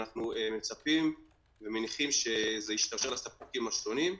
ואנחנו מצפים ומניחים שזה ישתרשר לספקים השונים.